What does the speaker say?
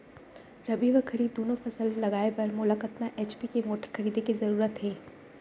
रबि व खरीफ दुनो फसल लगाए बर मोला कतना एच.पी के मोटर खरीदे के जरूरत हे?